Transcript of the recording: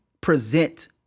present